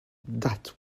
that